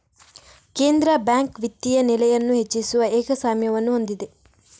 ಕೇಂದ್ರ ಬ್ಯಾಂಕ್ ವಿತ್ತೀಯ ನೆಲೆಯನ್ನು ಹೆಚ್ಚಿಸುವ ಏಕಸ್ವಾಮ್ಯವನ್ನು ಹೊಂದಿದೆ